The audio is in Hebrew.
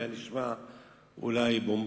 זה היה נשמע אולי בומבסטי,